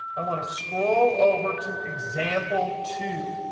i want to scroll over to example two.